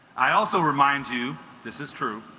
i also remind you this is true